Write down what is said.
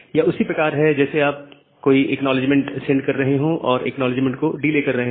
यह उसी प्रकार है जैसे आप जब कोई एक्नॉलेजमेंट सेंडर को सेंड कर रहे हैं तो आप एक्नॉलेजमेंट को डीले कर रहे हैं